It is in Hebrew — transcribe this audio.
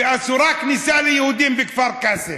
ואסורה הכניסה ליהודים בכפר קאסם.